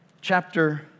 chapter